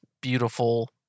beautiful